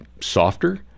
softer